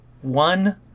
one